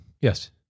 Yes